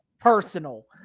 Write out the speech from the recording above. personal